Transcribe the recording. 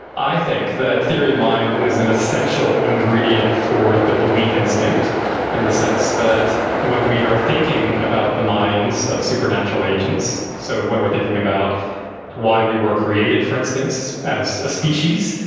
i think that theory of mind is an essential ingredient for the belief instinct in the sense that when we are thinking about the minds of supernatural agents, so when we're thinking about why we were created, for instance, as a species,